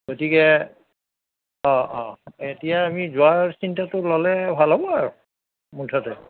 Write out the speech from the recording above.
গতিকে অঁ অঁ এতিয়া আমি যোৱাৰ চিন্তাটো ল'লে ভাল হ'ব আৰু মুঠতে